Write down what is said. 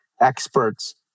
experts